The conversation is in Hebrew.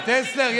הרב טסלר,